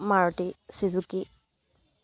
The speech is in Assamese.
মাৰুতী চুজুকী